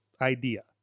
idea